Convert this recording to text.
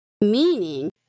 meaning